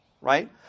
right